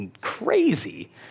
crazy